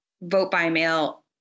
vote-by-mail